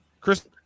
Chris